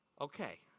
Okay